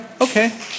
Okay